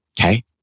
Okay